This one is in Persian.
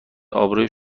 آبروی